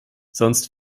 sonst